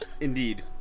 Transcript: indeed